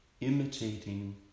imitating